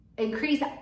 Increase